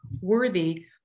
worthy